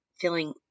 feeling